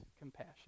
compassion